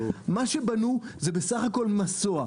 מה שבנו זה בסך הכול מסוע.